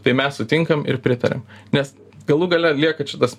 tai mes sutinkam ir pritariam nes galų gale lieka čia tas